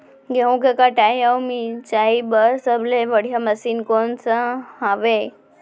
गेहूँ के कटाई अऊ मिंजाई बर सबले बढ़िया मशीन कोन सा हवये?